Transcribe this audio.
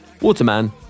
waterman